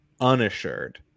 unassured